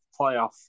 playoff